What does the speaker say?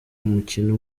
umukino